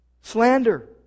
Slander